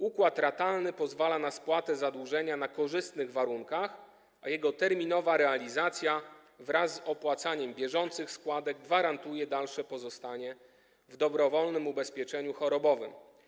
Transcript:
Układ ratalny pozwala na spłatę zadłużenia na korzystnych warunkach, a jego terminowa realizacja wraz z opłacaniem bieżących składek gwarantuje dalsze pozostanie w dobrowolnym ubezpieczeniu chorobowym.